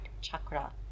chakra